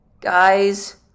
guys